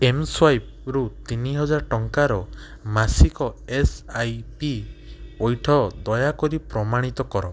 ଏମ୍ସ୍ୱାଇପ୍ରୁ ତିନିହଜାର ଟଙ୍କାର ମାସିକ ଏସ ଆଇ ପି ପଇଠ ଦୟାକରି ପ୍ରମାଣିତ କର